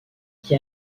qui